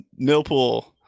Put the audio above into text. Millpool